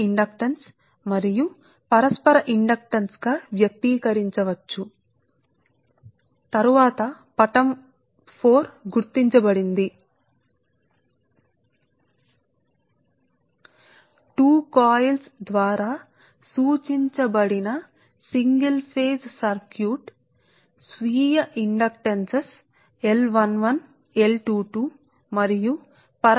కాబట్టి L11 మరియు L22 మరియు మ్యూచువల్ ఇండక్టెన్స్ M12 ద్వారా వర్గీకరించబడిన రెండు కాయిల్స్ ద్వారా ప్రాతినిధ్యం వహిస్తున్న సింగిల్ ఫేజ్ సర్క్యూట్ ను మనం పరిశీలిద్దాం నా ఉద్దేశ్యం ఇది ఒకటి ఇది సరే